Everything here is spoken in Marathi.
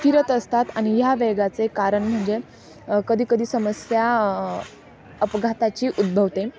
फिरत असतात आणि ह्या वेगाचे कारण म्हणजे कधीकधी समस्या अपघाताची उद्भवते